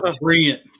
Brilliant